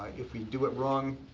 if we do it wrong,